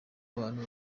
abantu